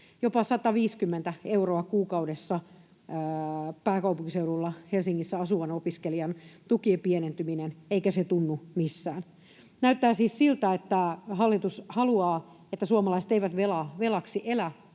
Jopa 150 euroa kuukaudessa on pääkaupunkiseudulla Helsingissä asuvan opiskelijan tukien pienentyminen, eikä se tunnu missään. Näyttää siis siltä, että hallitus haluaa, että suomalaiset eivät velaksi elä,